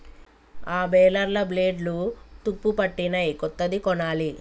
ఆ బేలర్ల బ్లేడ్లు తుప్పుపట్టినయ్, కొత్తది కొనాలి